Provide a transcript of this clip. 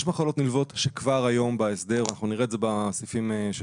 יש מחלות נלוות שכבר היום בהסדר - אנחנו נראה את זה בסעיפים של